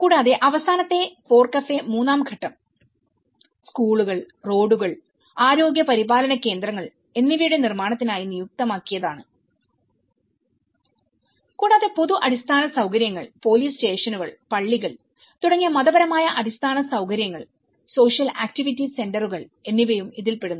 കൂടാതെ അവസാനത്തെ FORECAFE മൂന്നാം ഘട്ടംസ്കൂളുകൾ റോഡുകൾ ആരോഗ്യ പരിപാലന കേന്ദ്രങ്ങൾ എന്നിവയുടെ നിർമ്മാണത്തിനായി നിയുക്തമാക്കിയതാണ് കൂടാതെ പൊതു അടിസ്ഥാന സൌകര്യങ്ങൾ പോലീസ് സ്റ്റേഷനുകൾ പള്ളികൾ തുടങ്ങിയ മതപരമായ അടിസ്ഥാന സൌകര്യങ്ങൾസോഷ്യൽ ആക്റ്റീവിറ്റി സെന്ററുകൾ എന്നിവയും ഇതിൽ പെടുന്നു